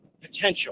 potential